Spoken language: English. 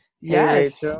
Yes